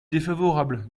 défavorable